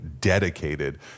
dedicated